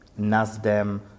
Nasdem